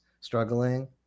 struggling